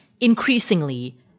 increasingly